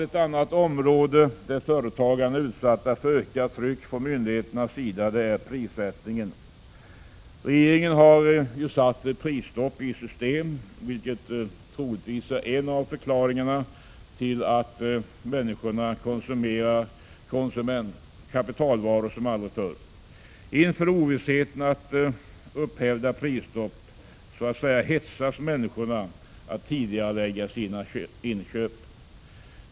Ett annat område där företagarna är utsatta för ett ökat tryck från myndigheternas sida är prissättningen. Regeringen har satt prisstopp i system, vilket troligtvis är en av förklaringarna till att människorna konsumerar kapitalvaror som aldrig förr. Inför ovissheten om upphävda prisstopp ”hetsas” människorna att tidigarelägga sina inköp.